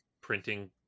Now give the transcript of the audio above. printing